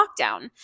lockdown